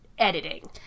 editing